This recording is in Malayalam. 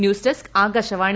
news desk Akashvani